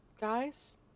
guys